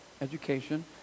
Education